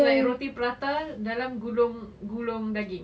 it's like roti prata dalam gulung gulung daging